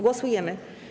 Głosujemy.